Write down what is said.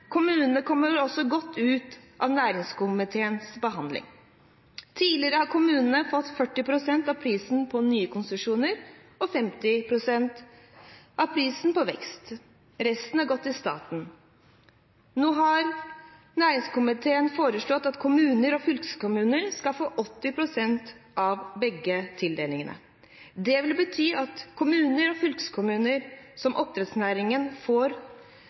Kommunene kommer også godt ut av næringskomiteens behandling. Tidligere har kommunene fått 40 pst. av prisen på nye konsesjoner og 50 pst. av prisen på vekst. Resten har gått til staten. Nå har næringskomiteen foreslått at kommuner og fylkeskommuner skal få 80 pst. av begge tildelingene. Det vil bety at kommuner og fylkeskommuner med oppdrettsvirksomhet får